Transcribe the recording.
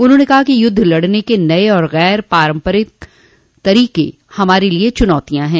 उन्होंने कहा कि युद्ध लड़ने के नये और गैर पारम्परिक तरीके हमारे लिए चुनौतियां हैं